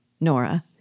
Nora